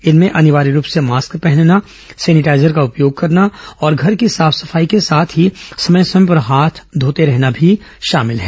इनमें अनिवार्य रूप से मास्क पहनना सैनिटाईजर का उपयोग करना और घर की साफ सफाई के साथ ही समय समय पर हाथों को धोते रहना भी शामिल है